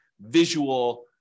visual